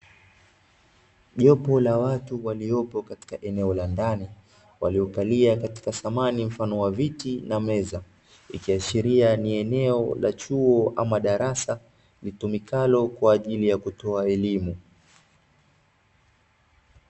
Jopo la watu waliopo katika eneo la ndani, waliokalia katika samani mfano wa viti na meza, ikiashiria ni eneo la chuo ama darasa, litumikalo kwa ajili ya kutoa elimu.